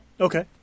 Okay